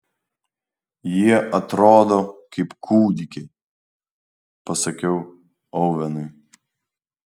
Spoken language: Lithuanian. jie atrodo kaip kūdikiai pasakiau ovenui